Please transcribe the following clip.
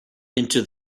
into